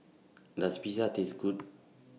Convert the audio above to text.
Does Pizza Taste Good